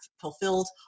fulfilled